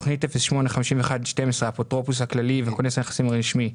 בתוכנית 08-51-12 האפוטרופוס הכללי וכונס הנכסים הרשמי: